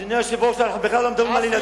אדוני היושב-ראש, אנחנו בכלל לא מדברים על ילדים.